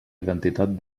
identitat